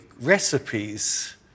recipes